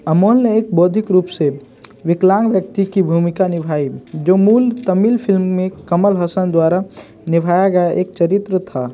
अमोल ने एक बौद्धिक रूप से विकलांग व्यक्ति की भूमिका निभाई जो मूल तमिल फ़िल्म में कमल हासन द्वारा निभाया गया एक चरित्र था